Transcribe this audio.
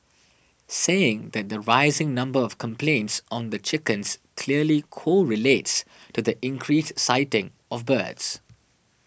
saying that the rising number of complaints on the chickens clearly correlates to the increased sighting of birds